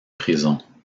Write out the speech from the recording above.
prison